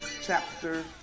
Chapter